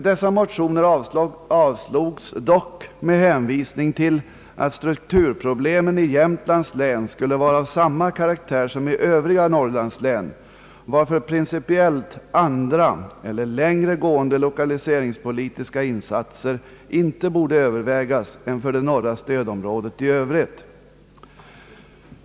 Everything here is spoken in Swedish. Dessa motioner avslogs dock med hänvisning till att strukturproblemen i Jämtlands län skulle vara av samma karaktär som i övriga norrlandslän, varför principiellt olikartade eller längre gående lokaliseringspolitiska insatser inte borde övervägas än för det norra stödområdet i övrigt.